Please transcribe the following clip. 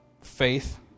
faith